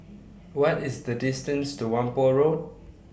What IS The distance to Whampoa Road